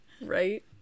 Right